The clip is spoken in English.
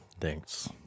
Thanks